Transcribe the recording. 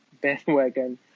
bandwagon